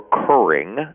recurring